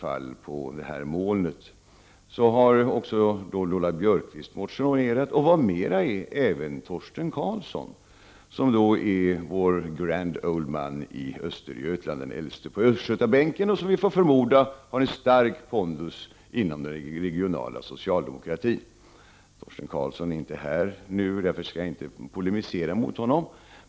Till min glädje har jag också kunnat se att Lola Björkquist har motionerat, och vad mera är även Torsten Karlsson, som är vår Grand Old Man i Östergötland, den äldste på östgötabänken, som vi får förmoda har en stark pondus inom den regionala socialdemokratin. Torsten Karlsson är inte här nu. Därför skall jag inte polemisera mot honom.